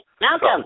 Malcolm